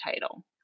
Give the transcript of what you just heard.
title